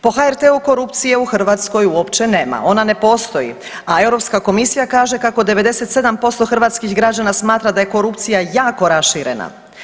Po HRT-u korupcije u Hrvatskoj uopće nema, ona ne postoji a Europska komisija kaže kako 97% hrvatskih građana smatra da je korupcija jako raširena.